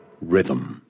rhythm